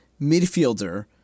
midfielder